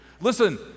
listen